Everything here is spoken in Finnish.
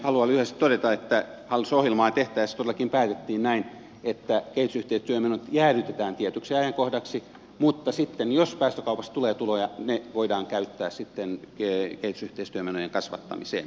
haluan lyhyesti todeta että hallitusohjelmaa tehtäessä todellakin päätettiin näin että kehitysyhteistyömenot jäädytetään tietyksi ajankohdaksi mutta jos päästökaupasta tulee tuloja ne voidaan sitten käyttää kehitysyhteistyömenojen kasvattamiseen